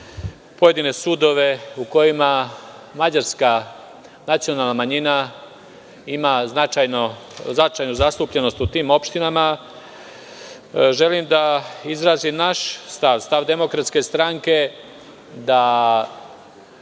pojedine sudove u kojima mađarska nacionalna manjina ima značajnu zastupljenost u tim opštinama, želim da izrazim naš stav, stav DS, da